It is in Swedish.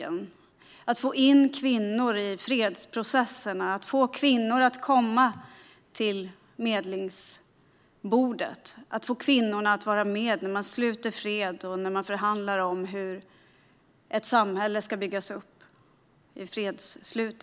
Det handlar om att få in kvinnor i fredsprocesserna, att få kvinnor att komma till medlingsbordet, att få kvinnor att vara med när man sluter fred och när man förhandlar om hur ett samhälle ska byggas upp vid fredsslutet.